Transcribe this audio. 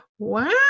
Wow